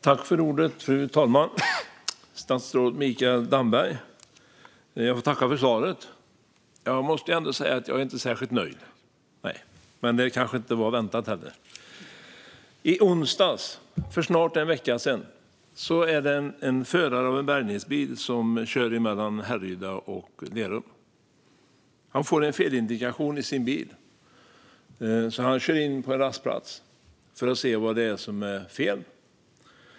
Fru talman! Jag får tacka statsrådet Mikael Damberg för svaret. Jag måste säga att jag inte är särskilt nöjd, men det kanske inte heller var väntat. I onsdags, för snart en vecka sedan, körde en förare en bärgningsbil mellan Härryda och Lerum. Han fick en felindikation i sin bil, så han körde in på en rastplats för att se vad det var som var fel.